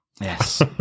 Yes